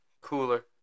cooler